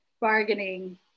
bargaining